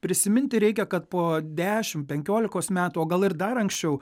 prisiminti reikia kad po dešimt penkiolikos metų o gal ir dar anksčiau